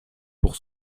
pour